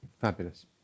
Fabulous